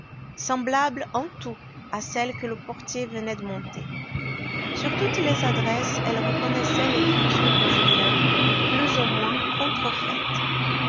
semblables en tout à celle que le portier venait de monter sur toutes les adresses elle reconnaissait l'écriture de julien plus ou moins contrefaite